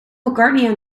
mccartney